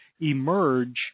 emerge